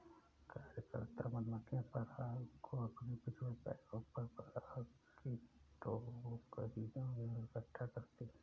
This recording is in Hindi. कार्यकर्ता मधुमक्खियां पराग को अपने पिछले पैरों पर पराग की टोकरियों में इकट्ठा करती हैं